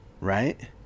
Right